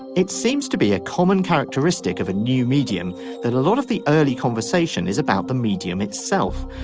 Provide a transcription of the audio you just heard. it seems to be a common characteristic of a new medium that a lot of the early conversation is about the medium itself.